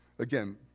Again